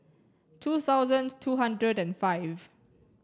two thousand two hundred and five